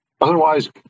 otherwise